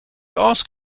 ask